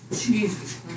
Jesus